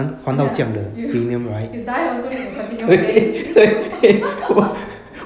ya you you die also need to continue paying